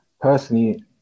personally